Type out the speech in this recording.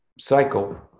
cycle